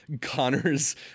Connor's